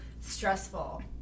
stressful